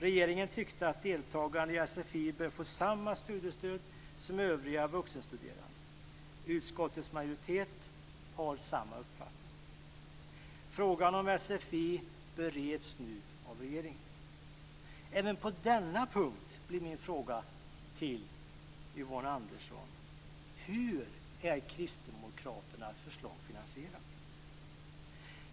Regeringen tyckte att deltagare i SFI bör få samma studiestöd som övriga vuxenstuderande. Utskottets majoritet har samma uppfattning. Frågan om SFI bereds nu av regeringen. Även på denna punkt blir min fråga till Yvonne Andersson: Hur är kristdemokraternas förslag finansierat?